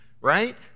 right